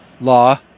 law